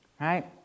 Right